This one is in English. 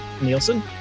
Nielsen